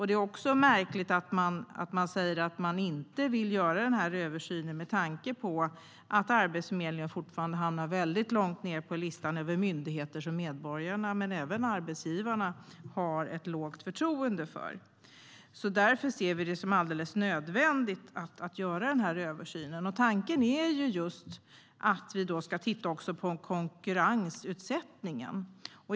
Det är också märkligt att man säger att man inte vill göra den här översynen med tanke på att Arbetsförmedlingen fortfarande hamnar väldigt långt ned på listan över myndigheter som medborgarna och arbetsgivarna har förtroende för. Därför ser vi det som alldeles nödvändigt att göra denna översyn, och tanken är just att vi ska titta också på konkurrensutsättningen.